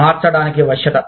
మార్చడానికి వశ్యత